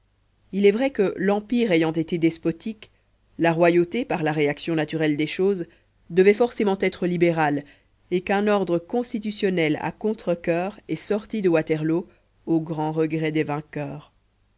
il est vrai que l'empire ayant été despotique la royauté par la réaction naturelle des choses devait forcément être libérale et qu'un ordre constitutionnel à contre-coeur est sorti de waterloo au grand regret des vainqueurs